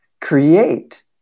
create